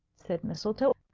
said mistletoe.